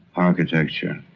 architecture.